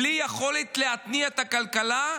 בלי יכולת להתניע את הכלכלה.